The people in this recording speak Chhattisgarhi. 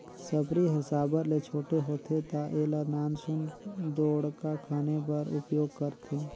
सबरी हर साबर ले छोटे होथे ता एला नान सुन ढोड़गा खने बर उपियोग करथे